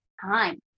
time